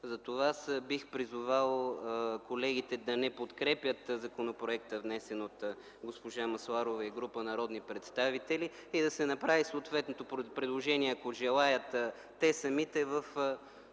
Затова аз бих призовал колегите да не подкрепят законопроекта, внесен от госпожа Масларова и група народни представители, и да се направи съответното предложение, ако желаят те самите, в